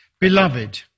Beloved